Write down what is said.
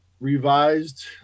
revised